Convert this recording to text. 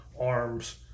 arms